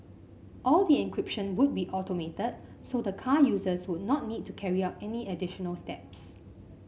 all the encryption would be automated so the car users would not need to carry out any additional steps